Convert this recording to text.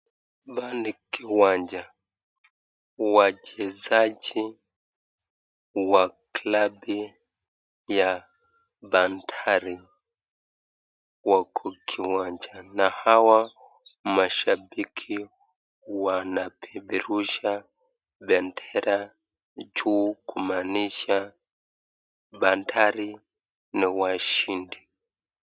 Hapa ni kiwanja ,wachezaji wa klabi ya Bandari wako kiwanja na hawa mashabiki wanapeperusha bendera juu kumaanisha Bandari ni washindi.